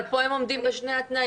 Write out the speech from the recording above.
אבל פה הם עומדים בשני התנאים,